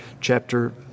chapter